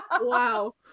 Wow